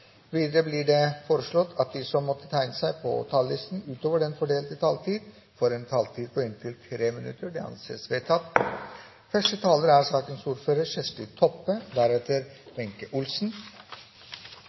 Videre blir det foreslått at de som måtte tegne seg på talerlisten utover den fordelte taletid, får en taletid på inntil 3 minutter. – Det anses vedtatt. Saken vi nå skal behandle, er